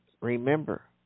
remember